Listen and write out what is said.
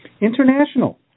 international